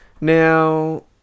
Now